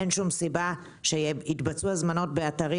אין שום סיבה שיתבצעו הזמנות באתרים